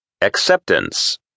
Acceptance